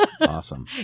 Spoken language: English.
awesome